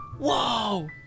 Whoa